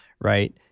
right